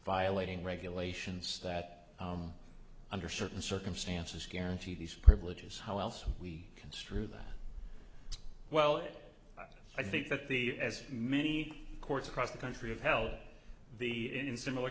violating regulations that under certain circumstances guarantee these privileges how else are we construe that well i think that the as many courts across the country have held the in similar